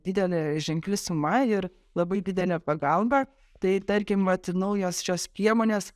didelė ženkli suma ir labai didelė pagalba tai tarkim atsinaujosčios piemonės